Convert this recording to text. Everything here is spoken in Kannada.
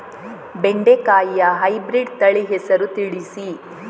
ಬೆಂಡೆಕಾಯಿಯ ಹೈಬ್ರಿಡ್ ತಳಿ ಹೆಸರು ತಿಳಿಸಿ?